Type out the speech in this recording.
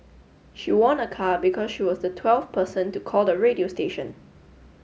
she won a car because she was the twelfth person to call the radio station